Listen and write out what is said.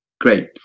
great